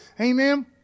Amen